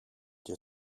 der